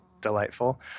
delightful